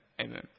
Amen